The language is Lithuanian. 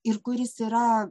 ir kuris yra